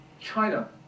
China